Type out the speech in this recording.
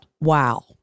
Wow